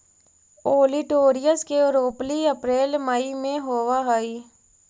olitorius के रोपनी अप्रेल मई में होवऽ हई